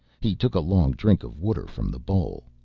he took a long drink of water from the bowl.